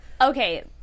okay